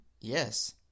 yes